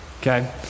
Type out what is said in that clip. okay